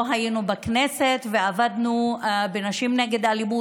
היינו בכנסת ועבדנו ב"נשים נגד אלימות".